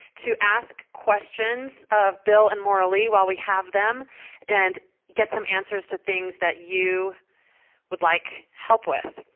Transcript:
to ask questions of bill and morralee while we have them and get some answers to things that you would like help with.